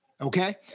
Okay